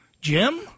Jim